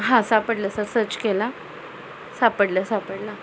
हां सापडलं sir search केला सापडलं सापडला